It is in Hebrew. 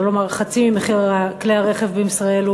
שלא לומר חצי ממחיר כלי הרכב בישראל,